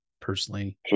personally